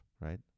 Right